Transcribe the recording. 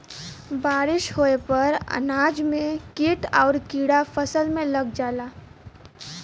बारिस होये पर अनाज में कीट आउर कीड़ा फसल में लग जाला